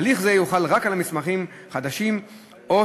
הליך זה יוחל רק על מסמכים חדשים או